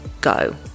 go